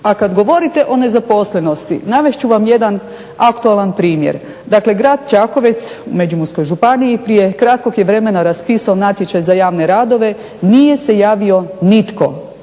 A kad govorite o nezaposlenosti navest ću vam jedan aktualan primjer. Dakle, grad Čakovec u Međimurskoj županiji prije kratkog je vremena raspisao natječaj za javne radove, nije se javio nitko.